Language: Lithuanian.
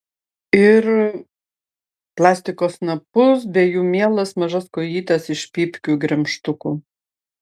ir plastiko snapus bei jų mielas mažas kojytes iš pypkių gremžtukų